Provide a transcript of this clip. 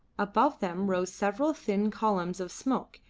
above them rose several thin columns of smoke,